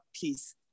peace